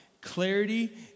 clarity